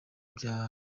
bya